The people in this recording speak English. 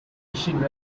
asian